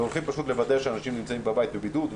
והולכים לוודא שאנשים נמצאים בבית בבידוד.